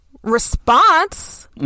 response